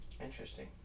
Interesting